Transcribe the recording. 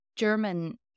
german